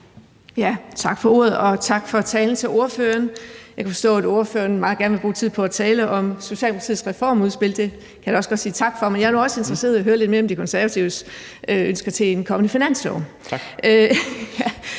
Tak for ordet, og tak til ordføreren for talen. Jeg kan forstå, at ordføreren meget gerne vil bruge tid på at tale om Socialdemokratiets reformudspil, og det kan jeg da også godt sige tak for, men jeg er nu også interesseret i at høre lidt mere om De Konservatives ønsker til en kommende finanslov.